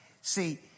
See